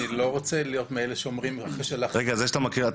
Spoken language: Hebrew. אני לא רוצה להיות מאלה שאחרי שהולכים --- עכשיו,